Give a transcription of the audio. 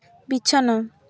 ᱵᱤᱪᱷᱟᱱᱟ